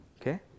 Okay